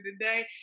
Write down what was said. today